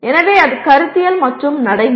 எனவே அது கருத்தியல் மற்றும் நடைமுறை